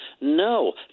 No